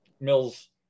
Mills